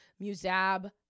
Muzab